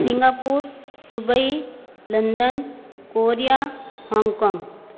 Singapore Dubai London Korea Hong Kong